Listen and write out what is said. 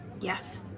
yes